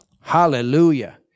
Hallelujah